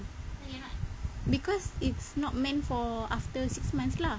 because it's not meant for after six months lah